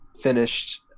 finished